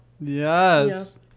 Yes